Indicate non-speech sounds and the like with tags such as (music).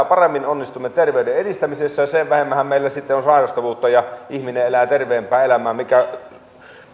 (unintelligible) paremmin onnistumme terveyden edistämisessä sen vähemmänhän meillä on sitten sairastavuutta ja ihminen elää terveempää elämää minkä